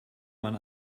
man